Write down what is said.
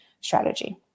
strategy